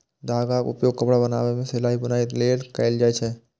धागाक उपयोग कपड़ा बनाबै मे सिलाइ, बुनाइ लेल कैल जाए छै